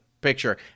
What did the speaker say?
picture